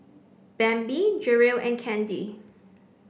Bambi Jerrel and Candy